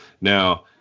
Now